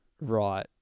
Right